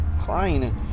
crying